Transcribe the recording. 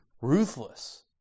ruthless